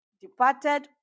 departed